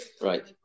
Right